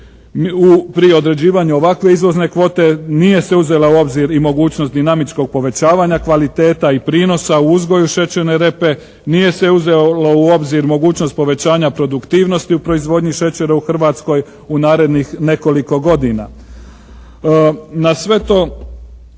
Pri određivanju ovakve izvozne kvote nije se uzela u obzir i mogućnost dinamičkog povećavanja kvaliteta i prinosa u uzgoju šećerne repe, nije se uzelo u obzir mogućnost povećanja produktivnosti u proizvodnji šećera u Hrvatskoj u narednih nekolikog godina. Na sve to